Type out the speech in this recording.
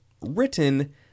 written